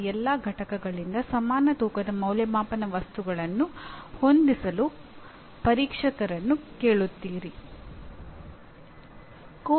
ಈ ಊಹೆಯೊಂದಿಗೆ ಭಾರತೀಯ ತತ್ತ್ವಶಾಸ್ತ್ರದ ಅನೇಕ ಶಾಲೆಗಳು ಒಪ್ಪುವುದಿಲ್ಲ ಎಂದು ನನಗೆ ಖಾತ್ರಿಯಿದೆ